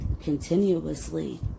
continuously